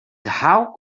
how